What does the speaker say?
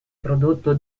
prodotto